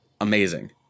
amazing